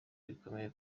bikomeje